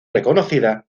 reconocida